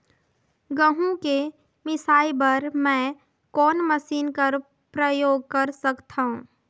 गहूं के मिसाई बर मै कोन मशीन कर प्रयोग कर सकधव?